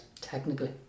technically